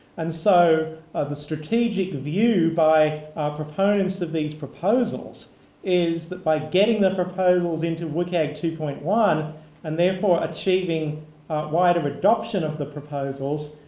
and so the strategic view by proponents of these proposals is that by getting the proposals into wcag two point one and therefore, achieving wider adoption of the proposals,